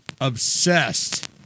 obsessed